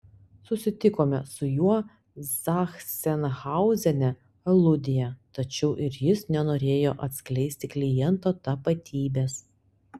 susitikome su juo zachsenhauzene aludėje tačiau ir jis nenorėjo atskleisti kliento tapatybės